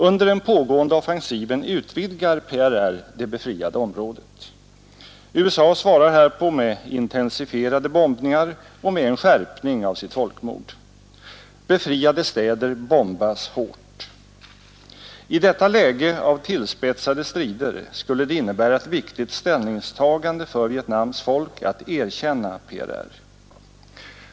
Under den pågående offensiven utvidgar PRR det befriade området. USA svarar härpå med intensifierade bombningar och med en skärpning av sitt folkmord. Befriade städer bombas hårt. I detta läge av tillspetsade strider skulle det innebära ett viktigt ställningstagande för Vietnams folk att Sverige erkänner PRR.